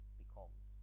becomes